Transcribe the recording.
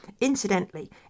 Incidentally